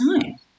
time